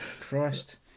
Christ